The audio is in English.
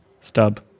Stub